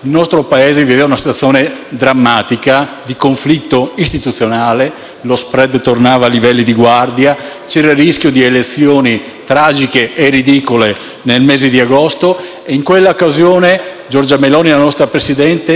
il nostro Paese viveva uno situazione drammatica, di conflitto istituzionale, lo *spread* tornava ai livelli di guardia, c'era il rischio di elezioni tragiche e ridicole nel mese di agosto e, in quella occasione, Giorgia Meloni, la nostra Presidente, senza